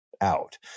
out